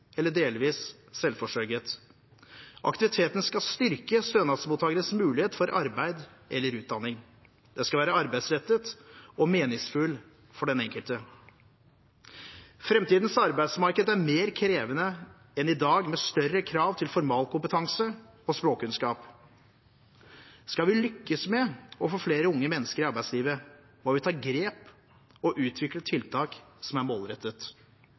eller delvis selvforsørget. Aktiviteten skal styrke stønadsmottakerens mulighet for arbeid eller utdanning. Den skal være arbeidsrettet og meningsfull for den enkelte. Fremtidens arbeidsmarked er mer krevende enn i dag, med større krav til formalkompetanse og språkkunnskap. Skal vi lykkes med å få flere unge mennesker inn i arbeidslivet, må vi ta grep og utvikle tiltak som er målrettet.